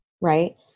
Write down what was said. right